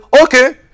Okay